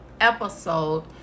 episode